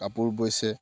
কাপোৰ বৈছে